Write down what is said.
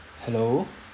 hello